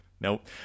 Nope